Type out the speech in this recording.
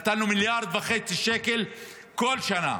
נתנו מיליארד וחצי שקל כל שנה,